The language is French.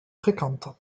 fréquentes